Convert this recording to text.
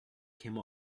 came